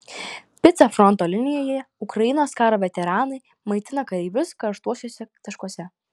pica fronto linijoje ukrainos karo veteranai maitina kareivius karštuosiuose taškuose